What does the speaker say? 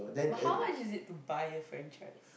but how much is it to buy a franchise